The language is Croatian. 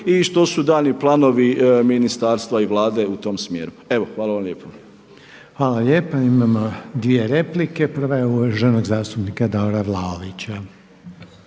i što su daljnji planovi ministarstva i Vlade u tom smjeru. Evo hvala vam lijepo. **Reiner, Željko (HDZ)** Hvala lijepo. Imamo dvije replike. Prva je uvaženog zastupnika Davora Vlaovića.